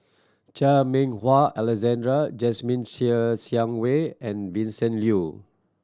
Chan Meng Wah Alexander Jasmine Ser Xiang Wei and Vincent Leow